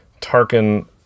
tarkin